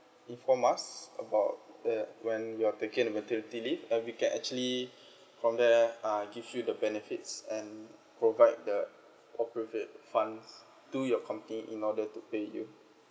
inform us about the when you're taking the maternity leave and we can actually from there uh give you the benefits and provide the appropriate funds through your company in order to pay you